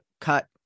cut